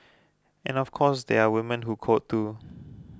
and of course there are women who called too